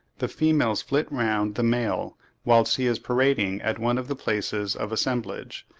the females flit round the male whilst he is parading at one of the places of assemblage,